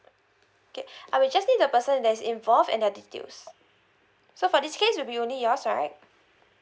okay I will just need the person that's involved and their details so for this case will be only yours right